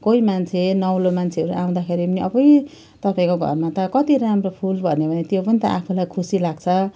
कोही मान्छे नौलो मान्छेहरू आउँदाखेरि पनि अबुइ तपाईँको घरमा त कति राम्रो फुल भन्यो भने त्यो पनि त आफूलाई खुसी लाग्छ